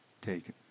Taken